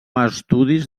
estudis